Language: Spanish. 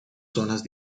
zonas